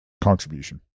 Contribution